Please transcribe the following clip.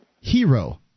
Hero